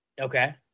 Okay